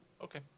Okay